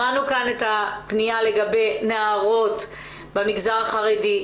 שמענו כאן פנייה לגבי נערות במגזר החרדי,